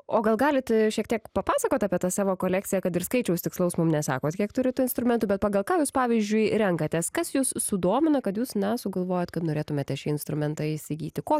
o gal galit šiek tiek papasakot apie tą savo kolekciją kad ir skaičiaus tikslaus mum nesakot kiek turit instrumentų bet pagal ką jūs pavyzdžiui renkatės kas jus sudomina kad jūs na sugalvojot kad norėtumėte šį instrumentą įsigyti ko